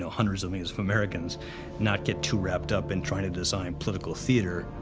hundreds of millions of americans not get too wrapped up in trying to design political theater.